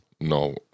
No